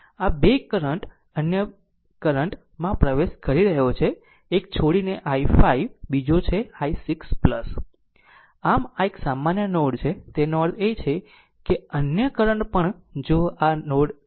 આ 2 કરંટ અન્ય કરંટ માં પ્રવેશ કરી રહ્યો છે એક છોડીને i5 બીજો છે i6 આ એક સામાન્ય નોડ છે આનો અર્થ એ છે કે અન્ય કરંટ પણ જો આ નોડ છોડીને લે છે